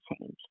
change